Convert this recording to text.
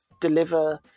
deliver